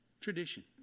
Tradition